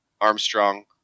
Armstrong